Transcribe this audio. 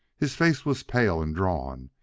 his face was pale and drawn,